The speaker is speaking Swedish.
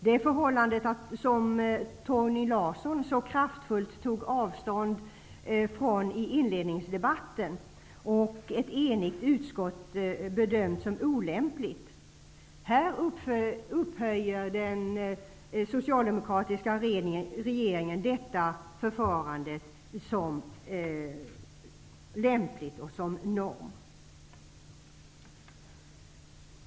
Det förfarande som Torgny Larsson så kraftfullt tog avstånd från i inledningsdebatten och som ett enigt utskott bedömt som olämpligt framställer den socialdemokratiska regeringen här som lämpligt och upphöjer det till norm.